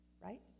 right